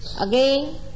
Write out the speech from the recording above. Again